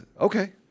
Okay